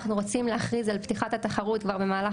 אנחנו רוצים להכריז על פתיחת התחרות כבר במהלך